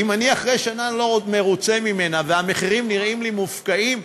אם אני אחרי שנה לא מרוצה ממנה והמחירים נראים לי מופקעים,